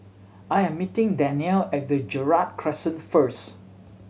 I am meeting Dannielle at Gerald Crescent first